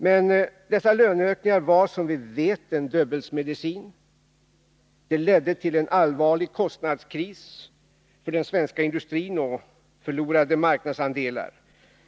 Men dessa löneökningar var som vi vet en Döbelnsmedicin. De ledde till en allvarlig kostnadskris för den svenska industrin och till förlorade marknadsandelar.